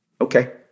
Okay